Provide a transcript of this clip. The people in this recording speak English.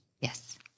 Yes